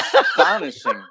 astonishing